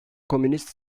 komünist